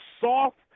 soft